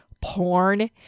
porn